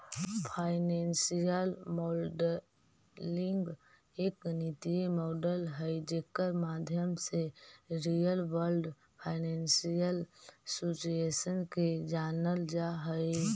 financial modelling एक गणितीय model हई जेकर माध्यम से रियल वर्ल्ड फाइनेंशियल सिचुएशन के जानल जा हई